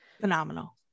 Phenomenal